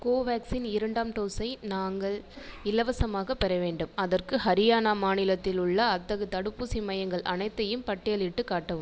கோவேக்சின் இரண்டாம் டோஸை நாங்கள் இலவசமாகப் பெற வேண்டும் அதற்கு ஹரியானா மாநிலத்தில் உள்ள அத்தகு தடுப்பூசி மையங்கள் அனைத்தையும் பட்டியலிட்டுக் காட்டவும்